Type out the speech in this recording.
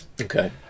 okay